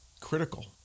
critical